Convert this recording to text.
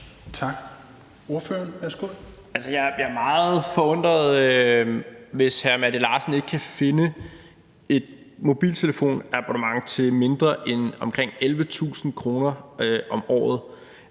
Kl. 22:41 Rasmus Jarlov (KF): Altså, jeg vil være meget forundret, hvis hr. Malte Larsen ikke kan finde et mobiltelefonabonnement til mindre end omkring 11.000 kr. om året.